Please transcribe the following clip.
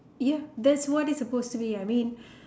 ya that's what it's supposed to be I mean